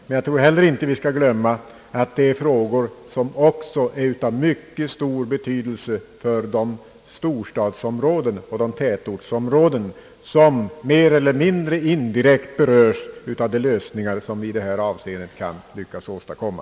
Men jag tror heller inte att vi skall glömma att det är frågor som också är av mycket stor betydelse för de storstadsområden och de tätortsområden, som mer eller mind re indirekt berörs av de lösningar som vi i det här avseendet kan lyckas åstadkomma.